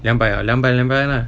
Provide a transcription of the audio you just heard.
两百 ah 两百 then 两百 lah